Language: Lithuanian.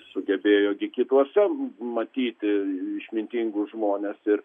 sugebėjo gi kituose matyti išmintingus žmones ir